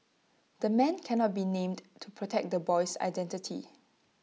the man cannot be named to protect the boy's identity